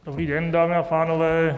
Dobrý den, dámy a pánové.